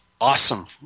awesome